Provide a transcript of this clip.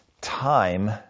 time